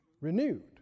renewed